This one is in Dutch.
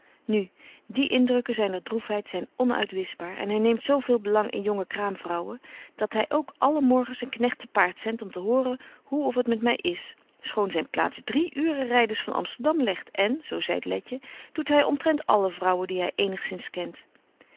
nu die indrukken zyner droefheid zyn onuitwischbaar en hy neemt zo veel bebetje wolff en aagje deken historie van mejuffrouw sara burgerhart lang in jonge kraamvrouwen dat hy ook alle morgen een knegt te paard zendt om te horen hoe of het met my is schoon zyn plaats drie uuren rydens van amsterdam legt en zo zeit letje doet hy omtrent alle vrouwen die hy eenigzins kent